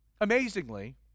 Amazingly